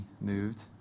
moved